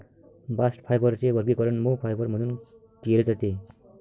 bast फायबरचे वर्गीकरण मऊ फायबर म्हणून केले जाते